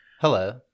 hello